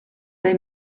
they